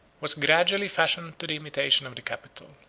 was gradually fashioned to the imitation of the capital.